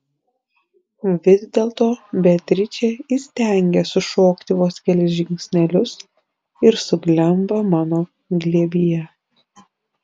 vis dėlto beatričė įstengia sušokti vos kelis žingsnelius ir suglemba mano glėbyje